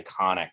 iconic